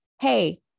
hey